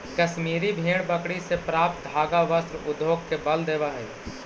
कश्मीरी भेड़ बकरी से प्राप्त धागा वस्त्र उद्योग के बल देवऽ हइ